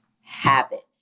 habit